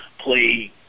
play